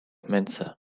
mensa